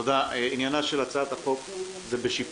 הדיון בהצעת חוק שמירת הניקיון (הוראת שעה,